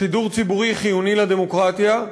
שידור ציבורי חיוני לדמוקרטיה.